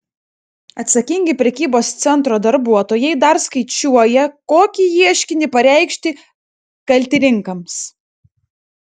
atsakingi prekybos centro darbuotojai dar skaičiuoja kokį ieškinį pareikšti kaltininkams